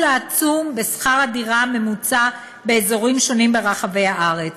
העצום בשכר הדירה הממוצע באזורים שונים ברחבי הארץ.